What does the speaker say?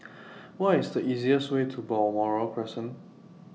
What IS The easiest Way to Balmoral Crescent